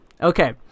Okay